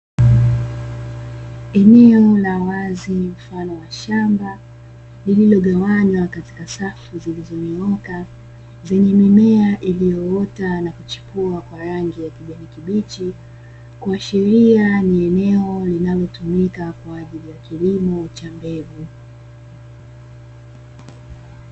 Eneo la wazi mfano wa shamba lililogawanywa katika safu zilizonyoka, zenye mimea iliyoota na kuchipua kwa rangi ya kijani kibichi, kuashiria ni eneo linalotumika kwa ajili ya kilimo cha mbegu.